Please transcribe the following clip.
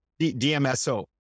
DMSO